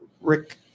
Rick